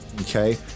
okay